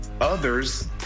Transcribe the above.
others